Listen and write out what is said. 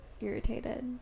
Irritated